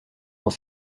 dans